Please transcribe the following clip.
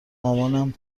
مامانم